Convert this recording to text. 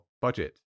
budget